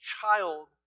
child